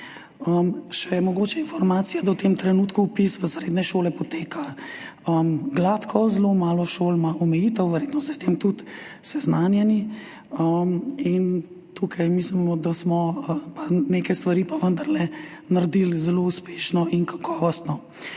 Mogoče informacija, da v tem trenutku vpis v srednje šole poteka gladko, zelo malo šol ima omejitev, verjetno ste s tem tudi seznanjeni. Tukaj mislimo, da smo neke stvari pa vendarle naredili zelo uspešno in kakovostno.